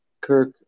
Kirk